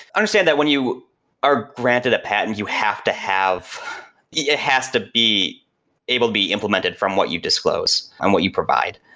understand that when you are granted a patent, you have to have it yeah has to be able to be implemented from what you've disclosed and what you provide.